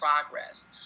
progress